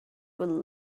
will